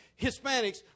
Hispanics